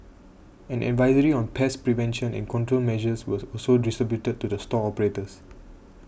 an advisory on pest prevention and control measures was also distributed to the store operators